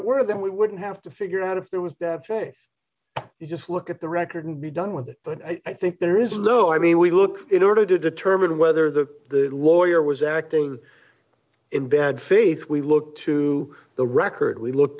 it were then we wouldn't have to figure out if there was that face you just look at the record be done with it but i think there is no i mean we look in order to determine whether the lawyer was acting in bad faith we look to the record we look